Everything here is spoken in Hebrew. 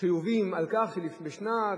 חיובים על כך שבשנת,